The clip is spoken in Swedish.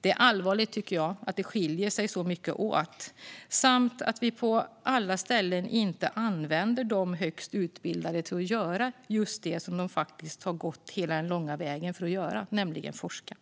Det är allvarligt att det skiljer sig så mycket åt samt att vi på alla ställen inte använder de högst utbildade till att göra just det som de har gått hela den långa vägen för att göra, nämligen forska.